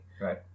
Right